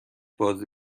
بازی